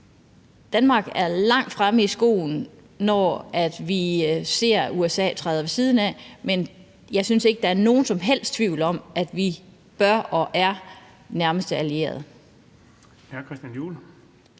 Danmark er langt fremme i skoene, når vi ser, at USA træder ved siden af, men jeg synes ikke, at der er nogen som helst tvivl om, at de er og bør være vores nærmeste allierede.